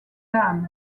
dam